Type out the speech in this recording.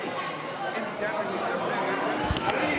יריב,